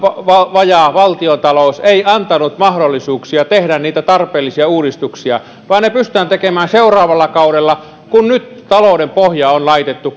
vajaa valtiontalous eivät antaneet mahdollisuuksia tehdä niitä tarpeellisia uudistuksia vaan ne pystytään tekemään seuraavalla kaudella kun nyt talouden pohja on laitettu